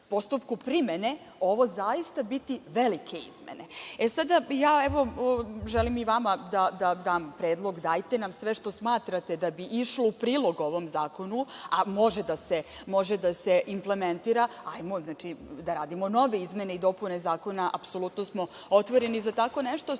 postupku primene ovo zaista biti velike izmene. Želim i vama da dam predlog, dajte nam sve što smatrate da bi išlo u prilog ovom zakonu, a može da se implementira. Znači, hajmo da radimo nove izmene i dopune, apsolutno smo otvoreni za tako nešto.